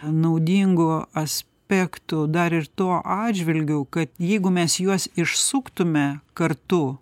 naudingų aspektų dar ir tuo atžvilgiu kad jeigu mes juos išsuktume kartu